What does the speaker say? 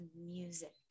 music